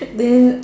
then